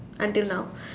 until now